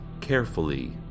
carefully